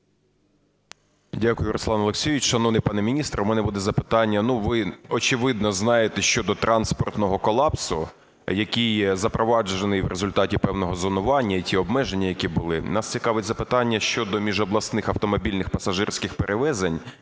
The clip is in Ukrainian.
Дякую, Руслан Олексійович. Шановний пане міністре, у мене буде запитання. Ви, очевидно, знаєте, щодо транспортного колапсу, який запроваджений в результаті певного зонування і ті обмеження, які були. Нас цікавить запитання щодо міжобласних автомобільних пасажирських перевезень,